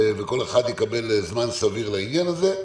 וכל אחד יקבל זמן סביר לעניין הזה.